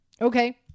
Okay